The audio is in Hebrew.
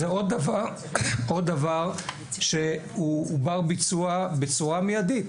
זה עוד דבר שהוא בר ביצוע בצורה מידית,